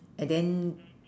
and then